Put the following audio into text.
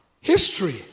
History